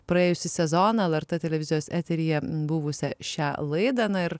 praėjusį sezoną lrt televizijos eteryje buvusią šią laidą na ir